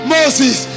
Moses